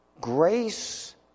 Grace